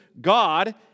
God